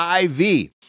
IV